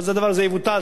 הדבר הזה יבוטל.